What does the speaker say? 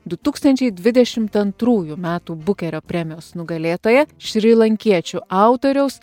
du tūkstančiai dvidešimt antrųjų metų bukerio premijos nugalėtoją šrilankiečių autoriaus